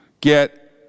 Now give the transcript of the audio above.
get